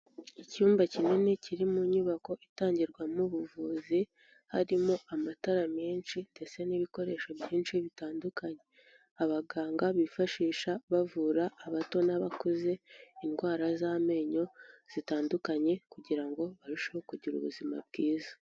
Icyumba kinini kiri mu nyubako itangirwamo ubuvuzi, harimo amatara menshi, ndetse n'ibikoresho byinshi bitandukanye, abaganga bifashisha bavura abato n'abakuze indwara z'amenyo zitandukanye, kugira ngo barusheho kugira ubuzima bwiza.